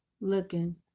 looking